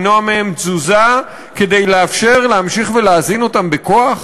למנוע מהם תזוזה כדי לאפשר להמשיך להזין אותם בכוח?